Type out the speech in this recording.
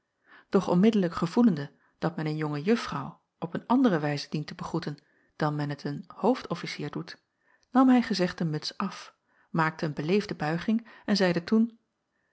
doch onmiddellijk gevoelende dat men een jonge juffrouw op een andere wijze dient te begroeten dan men t een hoofdofficier doet nam hij gezegde muts af maakte een beleefde buiging en zeide toen